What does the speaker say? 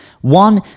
One